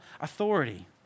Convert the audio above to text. authority